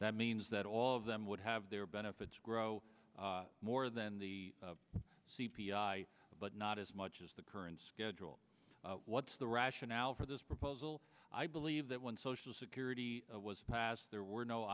that means that all of them would have their benefits grow more than the c p i but not as much as the current schedule what's the rationale for this proposal i believe that when social security was passed there were no